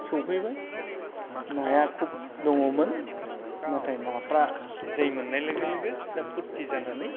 सफैबाय नाया खुब दङमोन नाथाय नाफ्रा दै मोननाय लोगो लोगो बिस्रा फुरथि जानानै